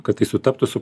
kad tai sutaptų su